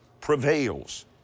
prevails